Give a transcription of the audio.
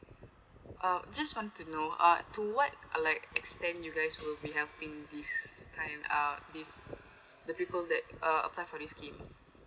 um just want to know uh to what like extend you guys will be helping this kind uh this the people that uh apply for this scheme